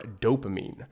dopamine